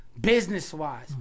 business-wise